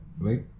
right